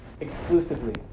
exclusively